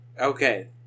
Okay